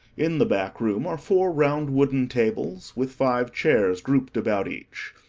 in the back room are four round wooden tables with five chairs grouped about each.